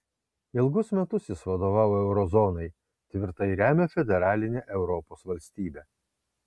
ilgus metus jis vadovavo euro zonai tvirtai remia federalinę europos valstybę